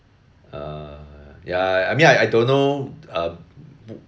uh ya I I mean I don't know uh wh~